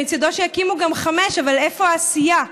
מצידו שיקימו גם חמש, אבל איפה העשייה?